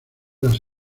las